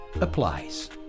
applies